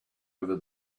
over